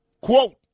Quote